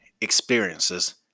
experiences